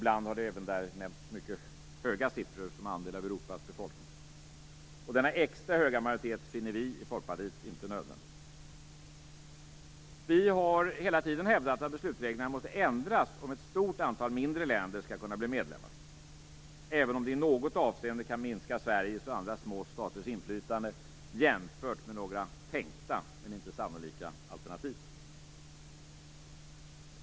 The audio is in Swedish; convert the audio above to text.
Det har ibland nämnts mycket höga siffror vad gäller andel av Europas befolkning. Denna extra höga majoritet finner vi i Folkpartiet inte nödvändig. Vi har hela tiden hävdat att beslutsreglerna måste ändras om ett stort antal mindre länder skall kunna bli medlemmar, även om det i något avseende kan minska Sveriges och andra små staters inflytande jämfört med några tänkta, men inte sannolika, alternativ.